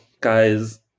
guys